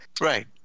Right